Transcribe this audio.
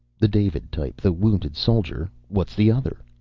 the david type, the wounded soldier what's the other?